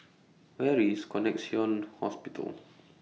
Where IS Connexion Hospital